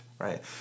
right